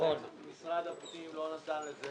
משרד הפנים לא נתן לזה